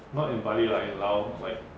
not in bali like in lao like